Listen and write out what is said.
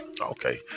Okay